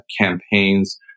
campaigns